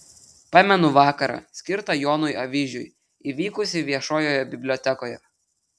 pamenu vakarą skirtą jonui avyžiui įvykusį viešojoje bibliotekoje